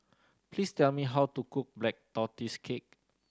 please tell me how to cook Black Tortoise Cake